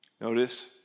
Notice